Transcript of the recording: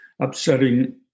upsetting